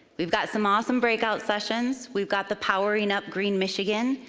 we've got some awesome breakout sessions. we've got the powering up green michigan,